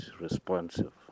responsive